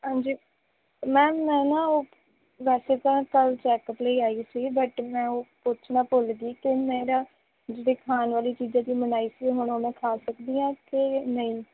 ਹਾਂਜੀ ਮੈਮ ਮੈਂ ਨਾ ਉਹ ਵੈਸੇ ਤਾਂ ਕੱਲ੍ਹ ਚੈੱਕਅਪ ਲਈ ਆਈ ਸੀ ਬਟ ਮੈਂ ਉਹ ਪੁੱਛਣਾ ਭੁੱਲ ਗਈ ਕਿ ਮੇਰਾ ਜਿਹੜੀ ਖਾਣ ਵਾਲੀਆਂ ਚੀਜ਼ਾਂ ਦੀ ਮਨਾਹੀ ਸੀ ਹੁਣ ਉਹ ਮੈਂ ਖਾ ਸਕਦੀ ਹਾਂ ਕਿ ਨਹੀਂ